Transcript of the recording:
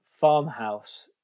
Farmhouse